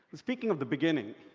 speaking of the beginning,